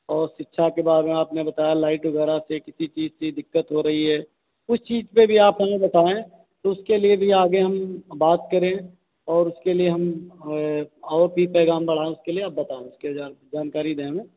और शिक्षा के बारे में आपने बताया लाइट वगैरह किसी भी चीज की दिक्कत हो रही है उस चीज पर भी आप हमें बताएँ तो उसके लिए भी आगे हम बात करें और उसके लिए हम और भी पैगाम बढ़ाएँ उसके लिए आप बताएँ उसकी जानकारी दें हमें